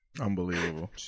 Unbelievable